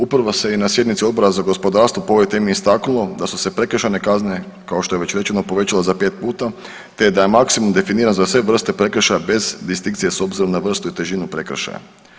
Upravo se i na sjednici Odbora za gospodarstvo po ovoj temi istaknulo da su se prekršajne kazne kao što je već rečeno povećale za pet puta, te da je maksimum definiran za sve vrste prekršaja bez distinkcije s obzirom na vrstu i težinu prekršaja.